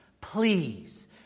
please